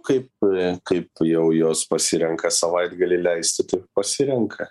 kaip kaip jau jos pasirenka savaitgalį leisti taip pasirenka